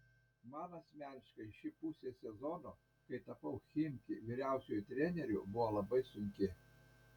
man asmeniškai ši pusė sezono kai tapau chimki vyriausiuoju treneriu buvo labai sunki